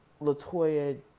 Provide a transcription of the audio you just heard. Latoya